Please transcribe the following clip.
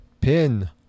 pin